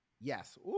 yes